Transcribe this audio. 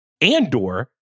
Andor